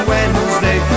Wednesday